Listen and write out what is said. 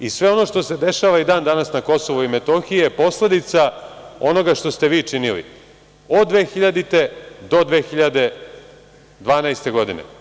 I, sve ono što se dešava i dan danas na KiM je posledica onoga što ste vi činili, od 2000. do 2012. godine.